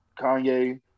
Kanye